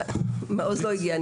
מעוז לא הגיע.